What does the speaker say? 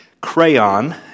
Crayon